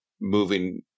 moving